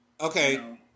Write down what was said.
Okay